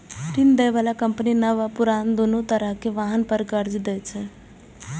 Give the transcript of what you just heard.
ऋण दै बला कंपनी नव आ पुरान, दुनू तरहक वाहन पर कर्ज दै छै